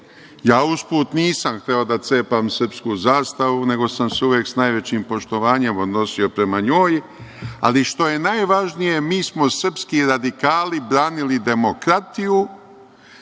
Ja uz put nisam hteo da cepam srpsku zastavu, nego sam se uvek s najvećim poštovanjem odnosio prema njoj, ali što je najvažnije, mi smo srpski radikali branili demokratiju,